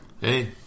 Hey